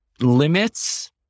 limits